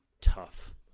tough